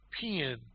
pen